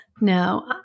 No